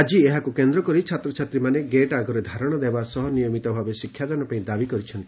ଆକି ଏହାକୁ କେନ୍ଦ୍ରକରି ଛାତ୍ରଛାତ୍ରୀମାେନ ଗେଟ୍ ଆଗରେ ଧାରଣା ଦେବା ସହ ନିୟମିତ ଭାବେ ଶିକ୍ଷାଦାନ ପାଇଁ ଦାବି କରିଛନ୍ତି